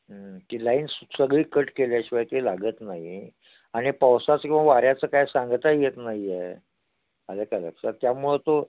ती लाईन सगळी कट केल्याशिवाय ते लागत नाही आणि पावसाचं किंवा वाऱ्याचं काय सांगता येत नाही आहे आलं का लक्षात त्यामुळं तो